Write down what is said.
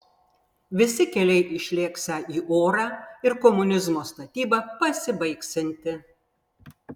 visi keliai išlėksią į orą ir komunizmo statyba pasibaigsianti